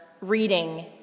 reading